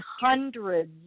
hundreds